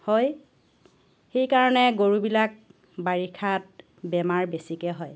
হয় সেই কাৰণে গৰুবিলাক বাৰিষাত বেমাৰ বেছিকৈ হয়